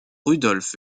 rudolph